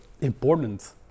important